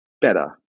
better